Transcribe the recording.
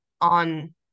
on